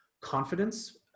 confidence